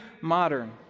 modern